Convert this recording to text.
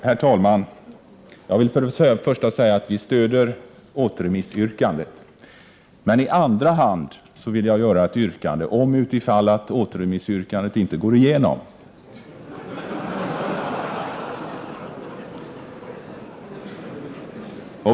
Herr talman! Först vill jag säga att vi stöder återremissyrkandet. I andra hand vill jag framställa ett yrkande under förutsättning att återremissyrkandet inte går igenom.